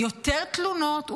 יותר תלונות,